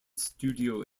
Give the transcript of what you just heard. studio